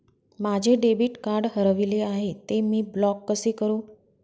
माझे debit card हरविले आहे, ते मी ब्लॉक कसे करु?